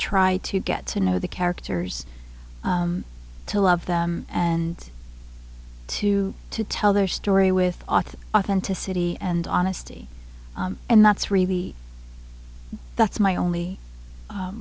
try to get to know the characters to love them and to to tell their story with author authenticity and honesty and that's really that's my only